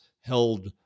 held